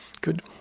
Good